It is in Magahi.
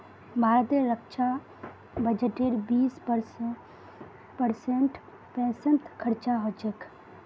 भारतेर रक्षा बजटेर बीस परसेंट पेंशनत खरचा ह छेक